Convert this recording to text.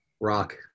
Rock